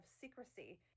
secrecy